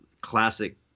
classic